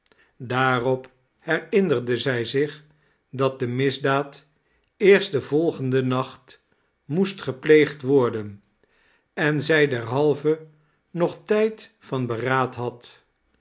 daarop herinnerde zij zich dat de misdaad eerst den volgenden nacht moest gepleegd worden en zij derhalve nog tijd van beraad had